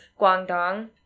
Guangdong